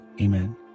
Amen